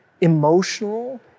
emotional